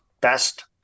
best